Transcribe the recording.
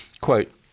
quote